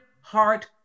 heart